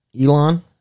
Elon